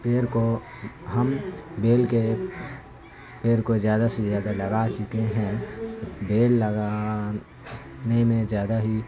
پیڑ کو ہم بیل کے پیڑ کو زیادہ سے زیادہ لگا چکے ہیں بیل لگانے میں زیادہ ہی